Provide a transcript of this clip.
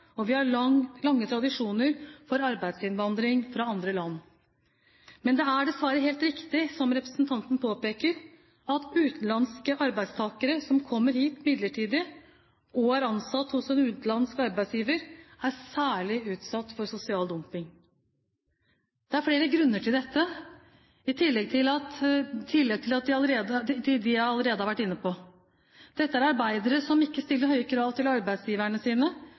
og vi har lange tradisjoner for arbeidsinnvandring fra andre land. Men det er dessverre helt riktig som representanten påpeker, at utenlandske arbeidstakere som kommer hit midlertidig og er ansatt hos en utenlandsk arbeidsgiver, er særlig utsatt for sosial dumping. Det er flere grunner til dette, i tillegg til dem jeg allerede har vært inne på. Dette er arbeidere som ikke stiller høye krav til arbeidsgiverne sine,